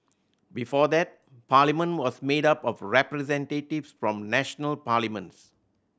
before that Parliament was made up of representatives from national parliaments